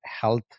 health